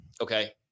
Okay